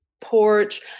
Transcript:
porch